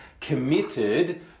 committed